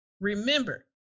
remember